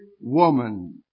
woman